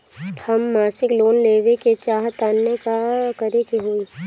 हम मासिक लोन लेवे के चाह तानि का करे के होई?